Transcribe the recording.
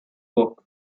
book